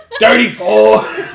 Thirty-four